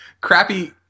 crappy